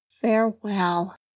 farewell